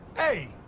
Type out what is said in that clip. hey,